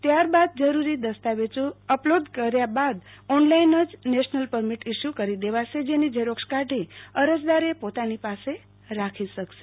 ત્યારબાદ જરૂરી દસ્તાવેજો અપલોડ કર્યા બાદ ઓનલાઈન જ નેશનલ પરમિટ ઈસ્યુ કરી દેવાશે જેની ઝેરોક્ષ કાઢી અરજદાર પોતાની પાસે રાખી શકશે